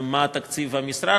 מה תקציב המשרד,